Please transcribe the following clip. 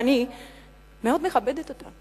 ואני מאוד מכבדת אותה,